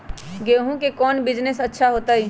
गेंहू के कौन बिजनेस अच्छा होतई?